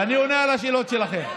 ואני עונה על השאלות שלכם.